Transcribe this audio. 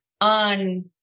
on